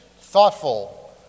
thoughtful